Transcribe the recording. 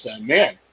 Man